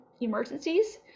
emergencies